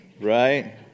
right